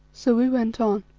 so we went on.